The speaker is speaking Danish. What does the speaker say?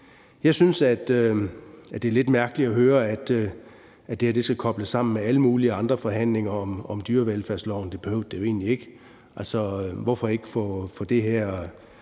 Jeg synes, at det er lidt mærkeligt at høre, at det her skal kobles sammen med alle mulige andre forhandlinger om dyrevelfærdsloven. Det behøvede det jo egentlig ikke. Hvorfor ikke få det her